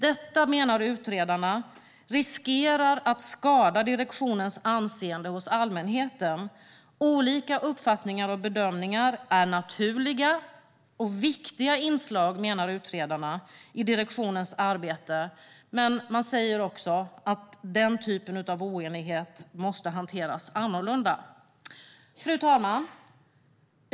Detta, menar utredarna, riskerar att skada direktionens anseende hos allmänheten. Olika uppfattningar och bedömningar är naturliga och viktiga inslag i direktionens arbete, menar utredarna, men den typen av oenighet måste hanteras annorlunda. Fru talman!